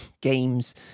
games